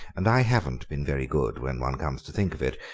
and i haven't been very good, when one comes to think of it.